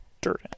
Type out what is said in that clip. dirt